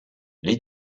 les